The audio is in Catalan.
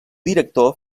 director